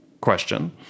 question